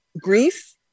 grief